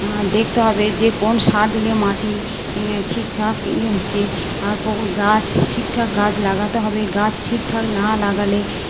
দেখতে হবে যে কোন সার দিলে মাটি ঠিকঠাক ইয়ে হচ্ছে আর গাছ ঠিকঠাক গাছ লাগাতে হবে গাছ ঠিকঠাক না লাগালে